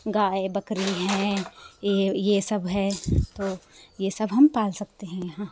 गाय बकरी है तो ये सब है तो ये सब है यहाँ हम पाल सकते हैं यहाँ